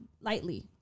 Lightly